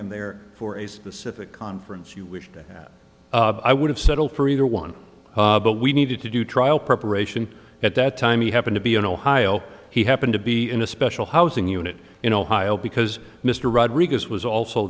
in there for a specific conference you wished that i would have settle for either one but we needed to do trial preparation at that time he happened to be in ohio he happened to be in a special housing unit in ohio because mr rodriguez was also